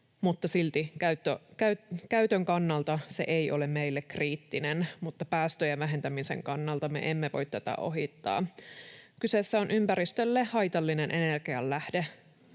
Käytön kannalta se ei ole meille kriittinen, mutta päästöjen vähentämisen kannalta me emme voi tätä ohittaa. Kyseessä on ympäristölle haitallinen energianlähde,